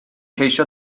ceisio